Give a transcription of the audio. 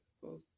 suppose